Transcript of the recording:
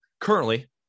Currently